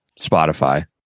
Spotify